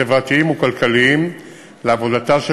חברתיים וכלכליים בעבודתה.